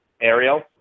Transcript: Ariel